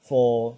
for